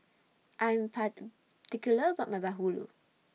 I Am Par about My Bahulu